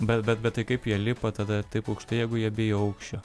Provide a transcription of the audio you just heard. bet bet tai kaip jie lipa tada taip aukštai jeigu jie bijo aukščio